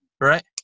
right